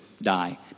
die